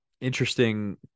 interesting